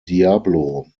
diablo